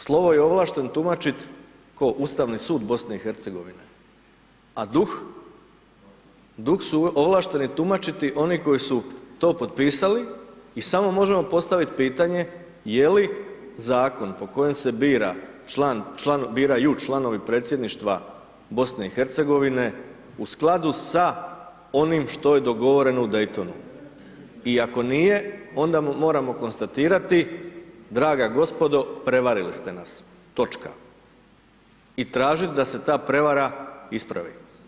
Slovo je ovlašten tumačiti, tko, Ustavni sud BiH, a duh, duh su ovlašteni tumačiti oni koji su to potpisali i samo možemo postaviti pitanje je li Zakon po kojem se biraju članovi predsjedništva BiH u skladu s onim što je dogovoreno u Dejtonu i ako nije, onda mu moramo konstatirati, draga gospodo, prevarili ste nas, točka i tražiti da se ta prevara ispravi.